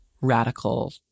radical